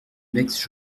meix